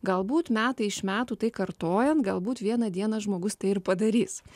galbūt metai iš metų tai kartojant galbūt vieną dieną žmogus tai ir padarys